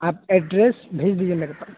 آپ ایڈریس بھیج دیجیے میرے پاس